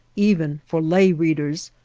even for lay readers,